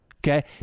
Okay